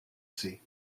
sie